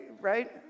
right